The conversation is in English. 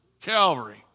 Calvary